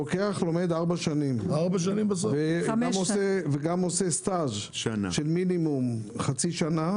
רוקח לומד ארבע שנים וגם עושים סטאז' של חצי שנה